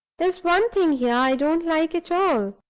there's one thing here i don't like at all!